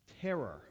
terror